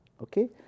Okay